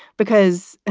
because ah